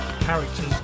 characters